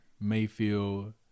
mayfield